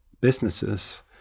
businesses